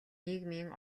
нийгмийн